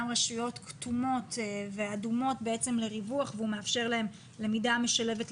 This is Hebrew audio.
רשויות כתומות ואדומות לריווח והוא מאפשר להן למידה משולבת,